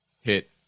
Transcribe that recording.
hit